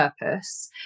purpose